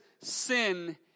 sin